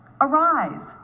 Arise